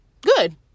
good